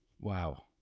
wow